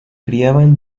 criaban